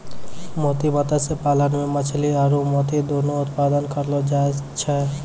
मोती मत्स्य पालन मे मछली आरु मोती दुनु उत्पादन करलो जाय छै